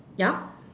ya